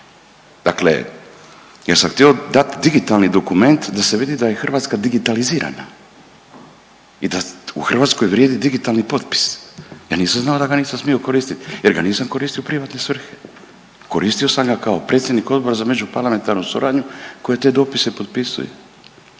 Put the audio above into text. Dakle, ja sam htio dati digitalni dokument da se vidi da je Hrvatska digitalizirana i da u Hrvatskoj vrijedi digitalni potpis. Ja nisam znao da ga nisam smio koristiti, jer ga nisam koristio u privatne svrhe. Koristio sam ga kao predsjednik Odbora za međuparlamentarnu suradnju koja te dopise potpisuje.